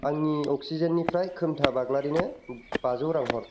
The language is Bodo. आंनि अक्सिजेननिफ्राय खोमथा बाग्लारिनो बाजौ रां हर